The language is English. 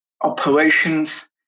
operations